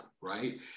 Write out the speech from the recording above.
right